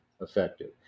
effective